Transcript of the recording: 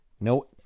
No